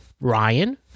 ryan